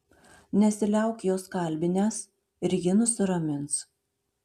nesiliauk jos kalbinęs ir ji nusiramins